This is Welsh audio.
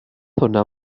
hwnna